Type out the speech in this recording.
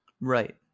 Right